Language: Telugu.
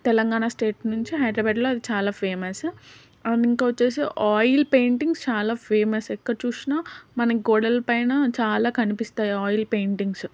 తెలంగాణ స్టేట్ నుంచి హైదరాబాద్లో అది చాలా ఫేమస్ అండ్ ఇంకా వచ్చేసి ఆయిల్ పెయింటింగ్స్ చాలా ఫేమస్ ఎక్కడ చూసినా మనకి గోడల పైన చాలా కనిపిస్తాయి ఆయిల్ పెయింటింగ్స్